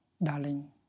Darling